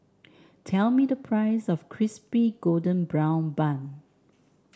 tell me the price of Crispy Golden Brown Bun